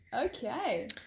Okay